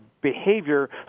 behavior